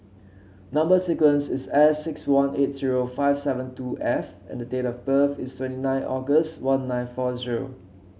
number sequence is S six one eight zero five seven two F and the date of birth is twenty nine August one nine four zero